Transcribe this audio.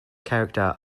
character